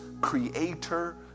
creator